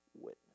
witness